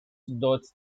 dot